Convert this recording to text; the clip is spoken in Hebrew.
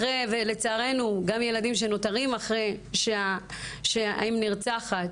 ולצערנו גם ילדים שנותרים אחרי שהאם נרצחת,